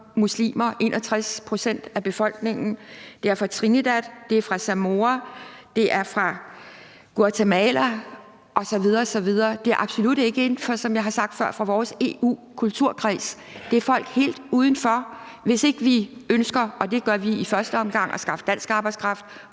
muslimer; 61 pct. af befolkningen – det er fra Trinidad, det er fra Samoa, det er fra Guatemala osv. osv. Det er, som jeg har sagt før, absolut ikke inden for vores EU-kulturkreds. Det er folk helt uden for den – hvis ikke vi ønsker, og det gør vi i første omgang, at skaffe dansk arbejdskraft